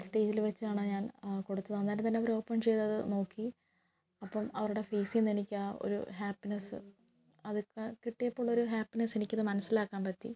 സ്റ്റേജിൽ വെച്ചാണ് ഞാൻ കൊടുത്തത് അന്നേരം തന്നെ അവർ ഓപ്പൺ ചെയ്തത് നോക്കി അപ്പം അവരുടെ ഫേസിൽ നിന്നെനിക്ക് ആ ഒരു ഹാപ്പിനെസ് അതൊക്കെ കിട്ടിയപ്പോൾ ഉള്ളൊരു ഹാപ്പിനെസ് എനിക്കത് മനസ്സിലാക്കാൻ പറ്റി